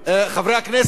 חברי הכנסת,